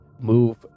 move